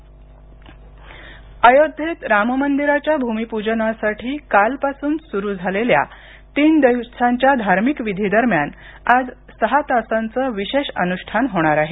अयोध्या भूमिपूजन अयोध्येत राममंदिराच्या भूमिपूजनासाठी कालपासून सुरू झालेल्या तीन दिवसांच्या धार्मिक विधीदरम्यान आज सहा तासांचं विशेष अनुष्ठान होणार आहे